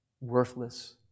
worthless